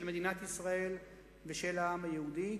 של מדינת ישראל ושל העם היהודי.